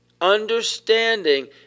Understanding